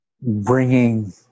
bringing